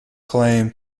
claim